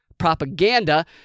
Propaganda